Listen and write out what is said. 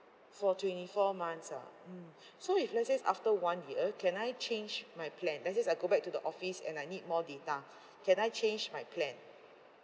for twenty four months ah mm so if let says after one year can I change my plan let says I go back to the office and I need more data can I change my plan